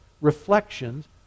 reflections